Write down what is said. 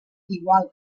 igual